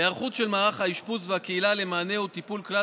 היערכות של מערך האשפוז והקהילה למענה ולטיפול ושל כלל